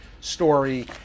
story